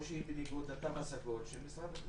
או שהיא בניגוד לתו הסגול של משרד הבריאות.